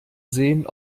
sehen